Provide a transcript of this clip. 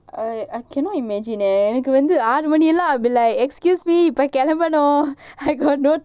I I cannot imagine eh எனக்குவந்துஆறுமணிலாம்ஆகுதுல:enaku vandhu aaru manilam aguthula I will be like excuse me இப்போகெளம்பனும்:ipo kelampanum I got no time